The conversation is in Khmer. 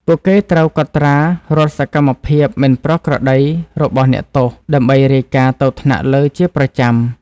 ពួកគេត្រូវកត់ត្រារាល់សកម្មភាពមិនប្រក្រតីរបស់អ្នកទោស ដើម្បីរាយការណ៍ទៅថ្នាក់លើជាប្រចាំ។